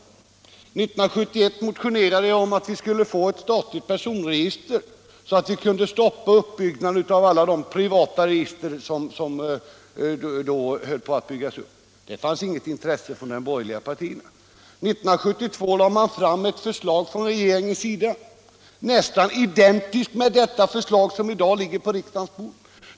År 1971 motionerade jag om inrättande av ett statligt personregister i syfte att stoppa alla de privata register som då höll på att byggas upp. Hos de borgerliga partierna fanns då inget intresse. År 1972 lade regeringen fram ett förslag, nästan identiskt med det förslag som i dag ligger på riksdagens bord.